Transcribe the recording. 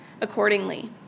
accordingly